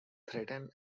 threaten